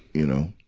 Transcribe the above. you know.